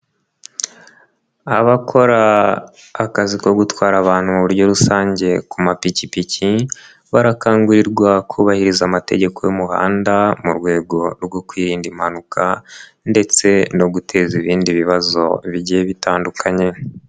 Abakora akazi ko gutwara abantu mu buryo rusange ku mapikipiki, barakangurirwa kubahiriza amategeko y'umuhanda mu rwego rwo kwirinda impanuka ndetse no guteza ibindi bibazo bigiye bitandukanye.